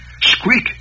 Squeak